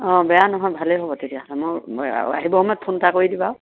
অঁ বেয়া নহয় ভালেই হ'ব তেতিয়া মোৰ আহিব সময়ত ফোন এটা কৰি দিবা আৰু